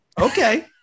Okay